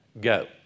go